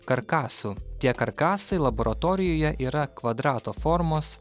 karkasų tie karkasai laboratorijoje yra kvadrato formos